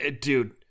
dude